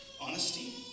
honesty